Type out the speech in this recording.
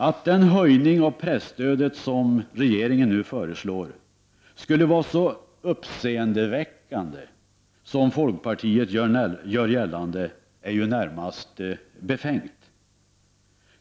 Att den höjning av presstödet som regeringen nu föreslår skulle vara så uppseendeväckande som folkpartiet gör gällande är närmast befängt.